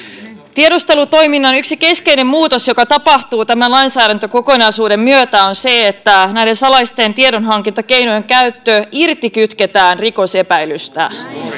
tiedustelutoiminnan yksi keskeinen muutos joka tapahtuu tämän lainsäädäntökokonaisuuden myötä on se että näiden salaisten tiedonhankintakeinojen käyttö kytketään irti rikosepäilystä